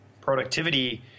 productivity